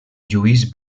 lluís